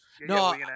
No